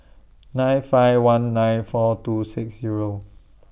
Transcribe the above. nine five one nine four two six Zero